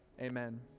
Amen